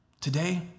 Today